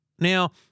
Now